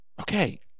Okay